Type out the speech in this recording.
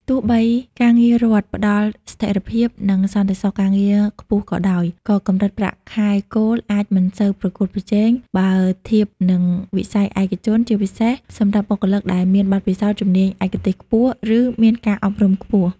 ទោះបីការងាររដ្ឋផ្តល់ស្ថិរភាព និងសន្តិសុខការងារខ្ពស់ក៏ដោយ ក៏កម្រិតប្រាក់ខែគោលអាចមិនសូវប្រកួតប្រជែង បើធៀបនឹងវិស័យឯកជន ជាពិសេសសម្រាប់បុគ្គលដែលមានបទពិសោធន៍ ជំនាញឯកទេសខ្ពស់ ឬមានការអប់រំខ្ពស់។